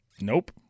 Nope